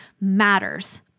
matters